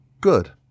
good